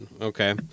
Okay